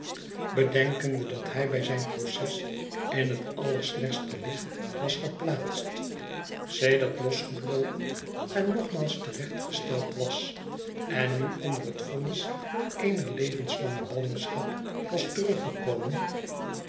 bedenkende dat hij bij zijn proces in het allerslechtste licht was geplaatst sedert losgebroken en nogmaals te recht gesteld was en nu onder het vonnis eener levenslange ballingschap was teruggekomen